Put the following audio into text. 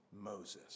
Moses